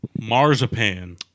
Marzipan